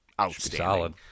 outstanding